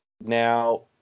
Now